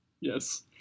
Yes